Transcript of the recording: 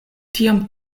tiam